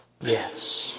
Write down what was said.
Yes